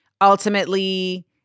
ultimately